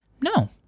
no